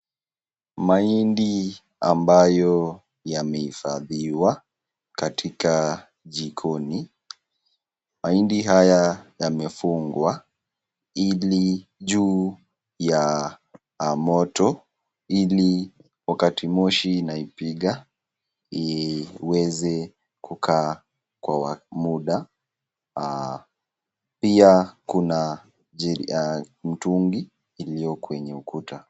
Mahindi ambayo yamehifadhiwa katika jikoni. Mahindi haya yamefungwa ili juu ya moto ili wakati moshi inaipiga iweze kukaa kwa muda. Pia kuna mtungi iliyo kwenye ukuta.